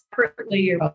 separately